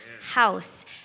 house